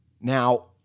Now